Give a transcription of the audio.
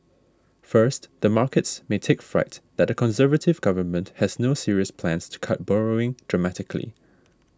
first the markets may take fright that a Conservative government has no serious plans to cut borrowing dramatically